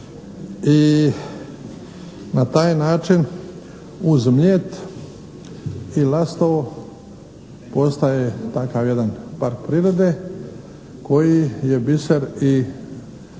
i na taj način uz Mljet i Lastovo postaje takav jedan park prirode koji je biser i poseban